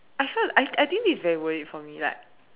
I felt I I think this is very worth it for me like